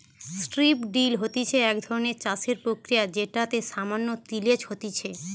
strip drill হতিছে এক ধরণের চাষের প্রক্রিয়া যেটাতে সামান্য তিলেজ হতিছে